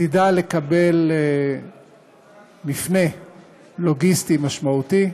עתידה לקבל מפנה לוגיסטי משמעותי,